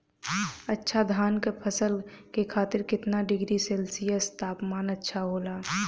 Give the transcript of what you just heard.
अच्छा धान क फसल के खातीर कितना डिग्री सेल्सीयस तापमान अच्छा होला?